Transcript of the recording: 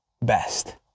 best